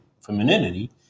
Femininity